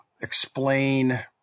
explain